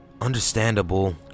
Understandable